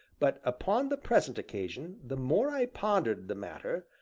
but, upon the present occasion, the more i pondered the matter,